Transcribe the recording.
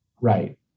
Right